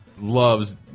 loves